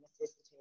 necessity